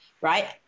right